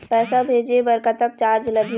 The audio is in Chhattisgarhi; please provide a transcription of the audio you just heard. पैसा भेजे बर कतक चार्ज लगही?